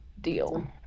deal